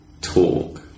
talk